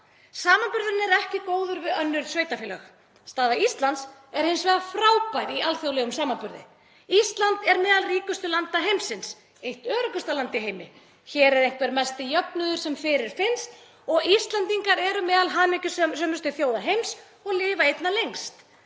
Samanburðurinn er ekki góður við önnur sveitarfélög. Staða Íslands er hins vegar frábær í alþjóðlegum samanburði. Ísland er meðal ríkustu landa heimsins og eitt öruggasta land í heimi. Hér er einhver mesti jöfnuður sem fyrirfinnst og Íslendingar eru meðal hamingjusömustu þjóða heims og lifa einna lengst.